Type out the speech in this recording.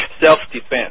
self-defense